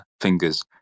fingers